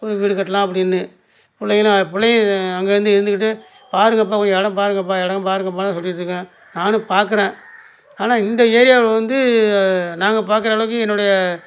கொஞ்சம் வீடு கட்டலாம் அப்படின்னு பிள்ளைங்களும் பிள்ளையும் அங்கேயிருந்து இருந்துக்கிட்டு பாருங்கப்பா ஒரு எடம் பாருங்கப்பா எடம் பாருங்கப்பான்னு சொல்லிக்கிட்டு இருக்கான் நானும் பார்க்கறேன் ஆனால் இந்த ஏரியா வந்து நாங்கள் பார்க்கற அளவுக்கு என்னுடைய